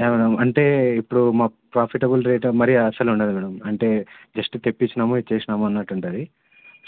yeah madam అంటే ఇప్పుడు మా ప్రాఫిటబుల్ రేట్ మరీ అసలు ఉండదు మేడం అంటే జస్ట్ తెప్పించాము ఇచ్చేసాము అన్నట్టుంటుంది